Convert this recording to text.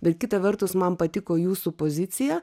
bet kita vertus man patiko jūsų pozicija